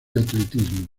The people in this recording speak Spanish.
atletismo